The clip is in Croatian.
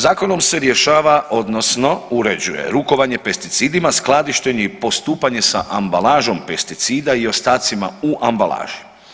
Zakonom se rješava odnosno uređuje rukovanje pesticidima, skladištenje i postupanje sa ambalažom pesticida i ostacima u ambalaži.